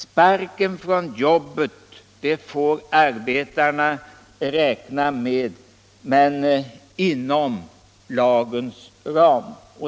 Sparken från jobbet får arbetarna alltså räkna med, men inom lagens ram.